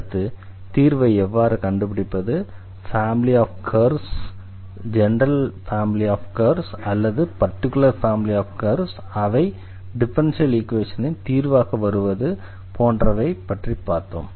அடுத்து தீர்வை எவ்வாறு கண்டுபிடிப்பது ஃபேமிலி ஆஃப் கர்வ்ஸ் ல் ஜெனரல் ஃபேமிலி ஆஃப் கர்வ்ஸ் அல்லது பர்டிகுலர் ஃபேமிலி ஆஃப் கர்வ்ஸ் அவை டிஃபரன்ஷியல் ஈக்வேஷனின் தீர்வாக வருவது போன்றவற்றை பார்த்தோம்